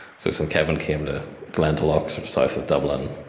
so st. kevin came to glendalough, um sort of south of dublin,